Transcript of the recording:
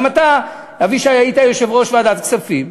גם אתה, אבישי, היית יושב-ראש ועדת כספים.